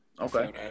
Okay